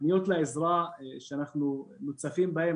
פניות לעזרה שאנחנו מוצפים בהן